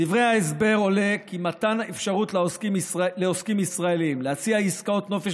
מדברי ההסבר עולה כי מתן אפשרות לעוסקים ישראלים להציע עסקאות נופש